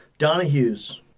Donahue's